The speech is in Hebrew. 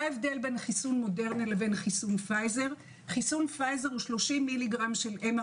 מה ההבדל בין החיסונים האלה חיסון פייזר הוא 30 מ"ג של של